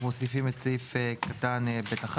אנחנו מוסיפים את סעיף קטן (ב1)